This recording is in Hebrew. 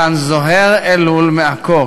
"כאן זוהיר אלול מעכו",